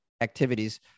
activities